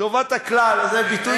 טובת הכלל, זה נראה לי ביטוי נפלא.